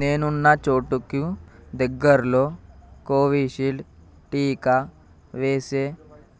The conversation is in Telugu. నేనున్న చోటుకు దగ్గరలో కోవిషీల్డ్ టీకా వేసే